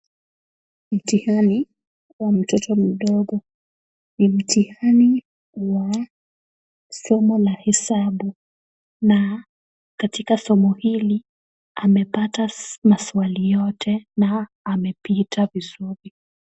Mtihani wa mtoto mdogo, ni mtihani wa somo la hesabu ,na katika somo hili amepata maswali yote na amepita vizuri.